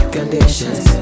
Conditions